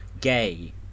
gay